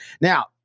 Now